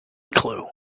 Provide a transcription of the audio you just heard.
clue